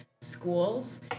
schools